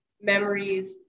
memories